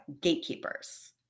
gatekeepers